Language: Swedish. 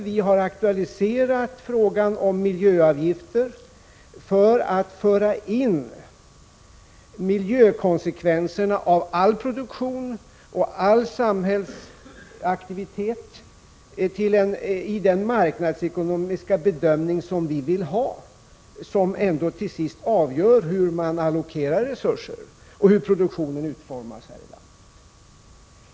Vi har aktualiserat frågan om miljöavgifter för att miljökonsekvenserna av all produktion och all samhällsaktivitet skall föras in i den marknadsekonomiska bedömning som vi vill ha och som ändå till sist avgör hur man allokerar resurser och hur produktionen utformas här i landet.